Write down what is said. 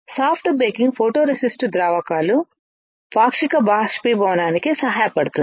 soft baking photoresist ద్రావకాల పాక్షిక బాష్పీభవనానికి సహాయపడుతుంది